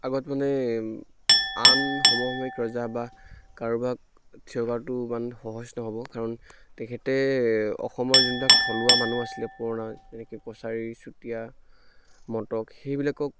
আগত মানে আন সমসাময়িক ৰজা বা কাৰোবাক থিয় কৰাতো ইমান সহজ নহ'ব কাৰণ তেখেতে অসমৰ যোনবিলাক থলুৱা মানুহ আছিলে পুৰণা এনেকৈ কছাৰী চুতীয়া মটক সেইবিলাকক